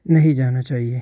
नहीं जाना चाहिए